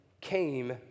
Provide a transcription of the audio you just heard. came